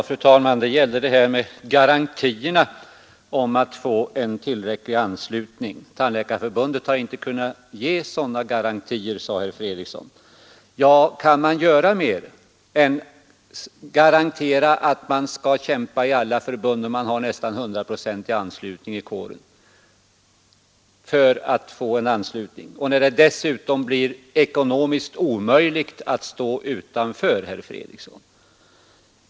Fru talman! Det gäller detta med garantierna för en tillräcklig anslutning. Tandläkarförbundet har inte kunnat ge sådana garantier, sade herr Fredriksson. Ja, kan man göra mer än garantera att man skall kämpa i alla förbund? Man har en nästan hundraprocentig anslutning i kåren härvidlag, och det blir dessutom ekonomiskt omöjligt att stå utanför, herr Fredriksson.